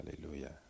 Hallelujah